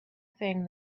thing